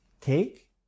take